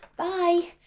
bye!